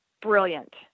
brilliant